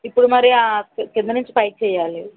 ఇప్పుడు మరి కింద నుంచి పైకి చెయ్యాలి